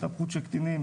הסתבכות של קטינים